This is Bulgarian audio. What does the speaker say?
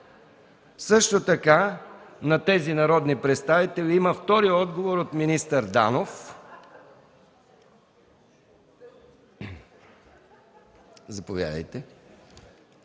Също така на тези народни представители има втори отговор от министър Данов; -